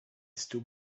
still